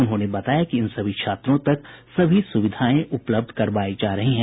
उन्होंने बताया कि इन सभी छात्रों तक सभी सुविधाएं उपलब्ध करवायी जा रही हैं